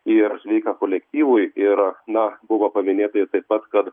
ir sveika kolektyvui ir na buvo paminėta ir taip pat kad